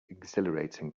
exhilarating